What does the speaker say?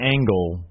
Angle